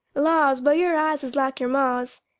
laws, but your eyes is like your ma's.